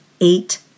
eight